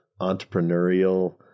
entrepreneurial